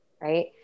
right